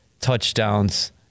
touchdowns